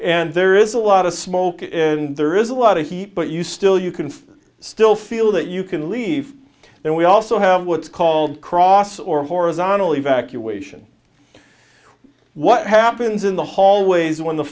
and there is a lot of smoke and there is a lot of heat but you still you can still feel that you can leave and we also have what's called cross or a horizontal evacuation what happens in the hallways when the